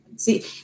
See